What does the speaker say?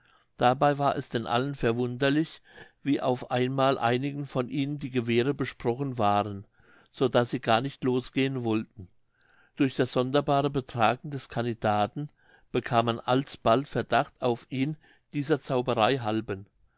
dabei war es denn allen verwunderlich wie auf einmal einigen von ihnen die gewehre besprochen waren so daß sie gar nicht losgehen wollten durch das sonderbare betragen des candidaten bekam man alsbald verdacht auf ihn dieser zauberei halben